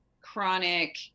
chronic